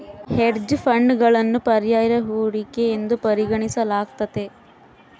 hedge ಫಂಡ್ಗಳನ್ನು ಪರ್ಯಾಯ ಹೂಡಿಕೆ ಎಂದು ಪರಿಗಣಿಸಲಾಗ್ತತೆ